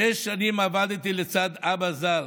שש שנים עבדתי לצד אבא ז"ל,